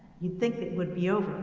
you think it would be over.